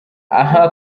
aha